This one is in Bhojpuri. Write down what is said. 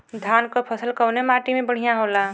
धान क फसल कवने माटी में बढ़ियां होला?